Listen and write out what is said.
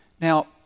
Now